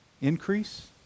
Increase